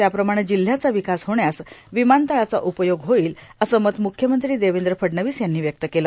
त्याप्रमाणे जिल्ह्याचा र्यावकास होण्यास र्विमानतळाचा उपयोग होईल असं मत मुख्यमंत्री देवद्र फडणवीस यांनी व्यक्त केलं